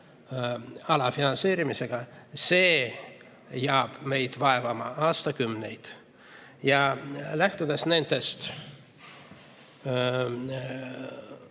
alafinantseerimisega, jääb meid vaevama aastakümneteks. Lähtudes nendest